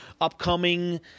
upcoming